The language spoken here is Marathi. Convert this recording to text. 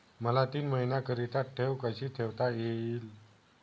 मला तीन महिन्याकरिता ठेव कशी ठेवता येईल?